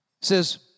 says